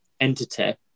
entity